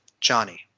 Johnny